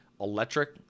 electric